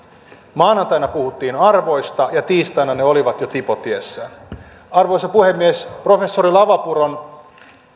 maanantaina puhuttiin arvoista ja tiistaina ne olivat jo tipotiessään arvoisa puhemies professori lavapuron